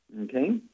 okay